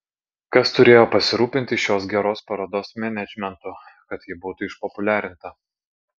kas turėjo pasirūpinti šios geros parodos menedžmentu kad ji būtų išpopuliarinta